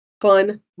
fun